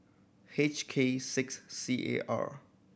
H K six C A R